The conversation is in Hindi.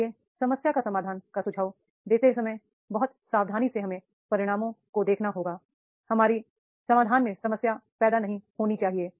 इसलिए समस्या का समाधान का सुझाव देते समय बहुत सावधानी से हमें परिणामों को देखना होगा हमारे समाधान में समस्या पैदा नहीं होनी चाहिए